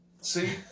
See